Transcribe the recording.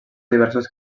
diversos